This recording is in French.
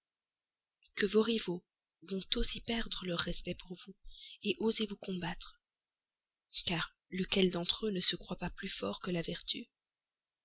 que vos rivaux vont perdre leur respect pour vous oser vous combattre car lequel d'entre eux ne se croit pas plus fort que la vertu